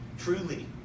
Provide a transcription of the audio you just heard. Truly